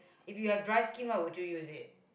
if you have dry skin why would you use it